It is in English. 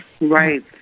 Right